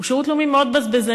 הוא שירות לאומי מאוד בזבזני.